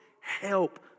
help